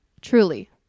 Truly